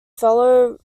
fellow